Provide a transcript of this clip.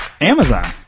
Amazon